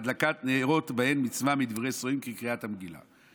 והדלקת הנרות בהן מצווה מדברי סופרים כקריאת המגילה.